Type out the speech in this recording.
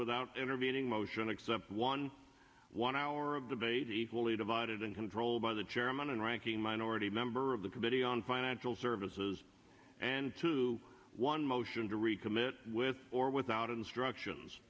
without intervening motion except one one hour of the veda equally divided and controlled by the chairman and ranking minority member of the committee on financial services and two one motion to recommit with or without instructions